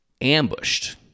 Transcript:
ambushed